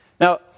Now